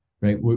right